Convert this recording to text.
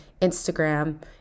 Instagram